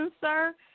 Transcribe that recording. sir